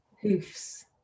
Hoofs